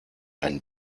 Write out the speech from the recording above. einen